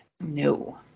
No